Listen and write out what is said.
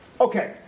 Okay